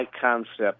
concept